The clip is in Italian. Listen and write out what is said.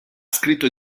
scritto